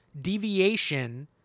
deviation